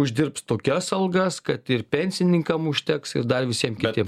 uždirbs tokias algas kad ir pensininkam užteks ir dar visiem kitiem